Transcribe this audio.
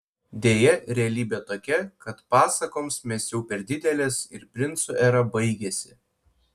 deja realybė tokia kad pasakoms mes jau per didelės ir princų era baigėsi